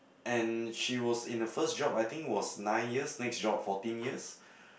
and she was in the first job I think was nine years next job fourteen years